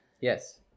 Yes